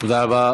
תודה רבה.